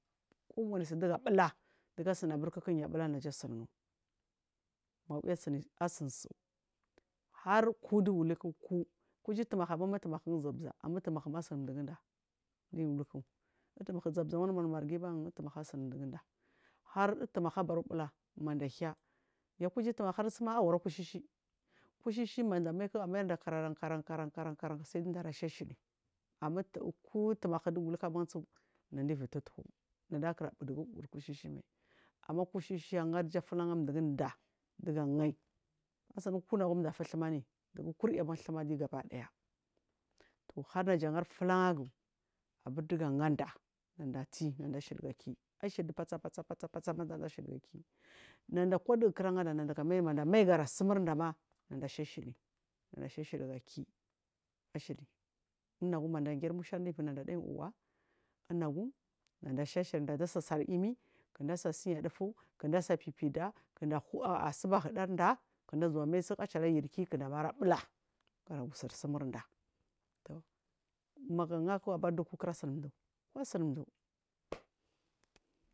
Kowani suduguu bula ɗugu suni buri suku yuɓula naja suni mawi asunsu har kuɗuguhuku kuji utumahu utumahu ban ma zabzab utumahu asun mduguda duyiluku utumahu asun mɗuguda duyiluku utumaku zab zar wandumur marghi ba utumahu asun mduguda har utumahu abar bula madda hiya yak uji utumahurma uwara kushihsi kushi manda mai kuma karara karan karan karanku saiɗuɗu ara she shili amaku utumahu dugu luku bansu naɗa icu tutuku naɗa kura bu vugu kulushimai ama kushishi angarga fulanga mvuguda ɗugu angai asunugu kuna fum mdu futhum amiya kurya ban thum aɗi gabaɗaya tih hharnaza gari fulangu aburɗugu angaaɗa nada tie naɗa ashili gaki naɗa kwavugu kura gaɗa naɗa garam ai gasumurda mma naɗa shashili naɗa shashiligaki sha shili nagum naɗa giri mushaarda ivu ɗu khiwhi unagum naɗa shashile gasa yami kuɗa sa sunya ɗufu sa fipiɗa ɗa suba huɗarɗa kuɗazuwa ma tsu achala yar ki kuɗa maira bula gagu sersumurɗa toh magu angaku abariɗu ku kurasumɗu kusunmɗu.